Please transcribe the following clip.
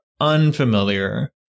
unfamiliar